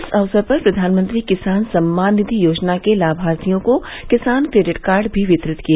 इस अवसर पर प्रधानमंत्री किसान सम्मान निधि योजना के लाभार्थियों को किसान क्रेडिट कार्ड भी वितरित किए